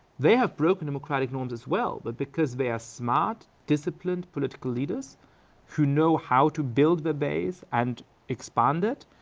they have broken democratic norms as well, but because they are smart, disciplined, political leaders who know how to build their base and expand it,